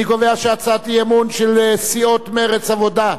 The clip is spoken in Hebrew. אני קובע שהצעת האי-אמון של סיעות מרצ עבודה,